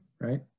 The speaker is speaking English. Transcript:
right